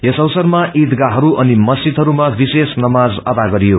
यस अवसरमा ईदगाहरू अनि मस्जीदहरूमा विशेष नमाज अदा गरियो